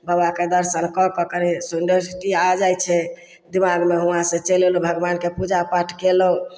बाबाके दर्शन कऽ कऽ कनि सुन्दर आ जाइ छै दिमागमे हुआँ से चलि एलहुॅं भगबानके पूजापाठ केलहुॅं